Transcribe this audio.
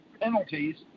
penalties